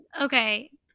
okay